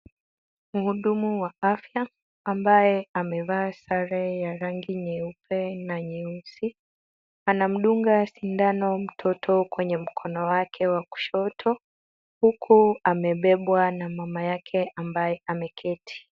Muhudumu wa afya ambaye amevaa sare yeupe na nyeusi anamdunga sindano mtoto kwenye mkono wa kushoto huku amebebwa na mamayake ambaye ameketi.